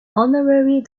honorary